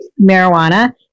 marijuana